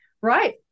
right